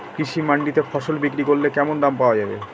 কৃষি মান্ডিতে ফসল বিক্রি করলে কেমন দাম পাওয়া যাবে?